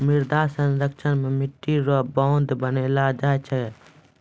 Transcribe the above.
मृदा संरक्षण मे मट्टी रो बांध बनैलो जाय छै